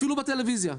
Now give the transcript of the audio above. אפילו בטלוויזיה,